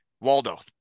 waldo